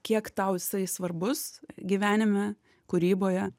kiek tau jisai svarbus gyvenime kūryboje